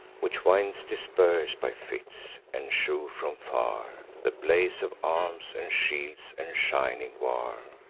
which winds disperse by fits, and shew from far the blaze of arms, and shields, and shining war.